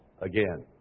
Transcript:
again